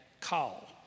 call